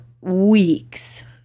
weeks